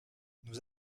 nous